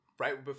Right